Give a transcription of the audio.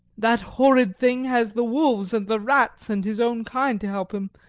that horrid thing has the wolves and the rats and his own kind to help him,